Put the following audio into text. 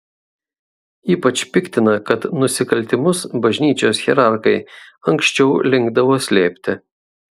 ypač piktina kad nusikaltimus bažnyčios hierarchai anksčiau linkdavo slėpti